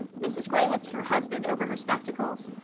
mrs grey looked at her husband over her spectacles.